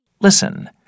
Listen